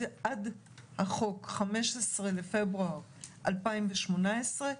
עד החוק 15 לפברואר 2018,